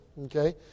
okay